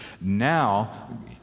Now